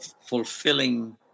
fulfilling